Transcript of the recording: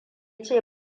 ce